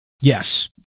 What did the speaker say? Yes